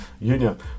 union